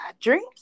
dreams